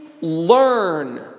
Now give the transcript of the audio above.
learn